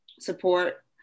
support